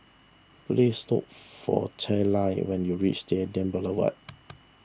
please look for Tallie when you reach Stadium Boulevard